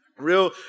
real